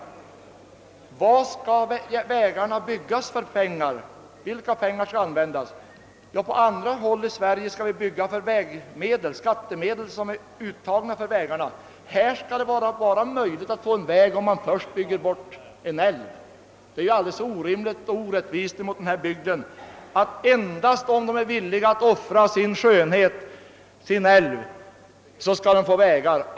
För vilka pengar skall vägarna byggas? På andra håll i Sverige byggs vägarna för skattemedel, som är uttagna för detta ändamål. Här skall det endast vara möjligt att få en väg om älven först regleras. Det är alldeles orimligt och orättvist mot denna bygds befolkning att endast om den är villig att offra bygdens skönhet och älven skall den få vägar.